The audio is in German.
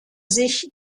sich